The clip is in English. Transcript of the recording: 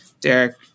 Derek